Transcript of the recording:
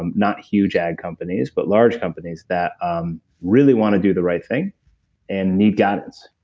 and not huge ad companies, but large companies, that um really want to do the right thing and need guidance.